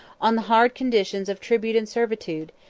on the hard conditions of tribute and servitude,